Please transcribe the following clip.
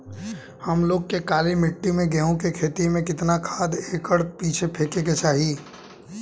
हम लोग के काली मिट्टी में गेहूँ के खेती में कितना खाद एकड़ पीछे फेके के चाही?